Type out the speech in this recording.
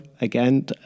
again